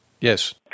yes